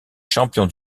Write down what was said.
champion